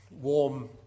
warm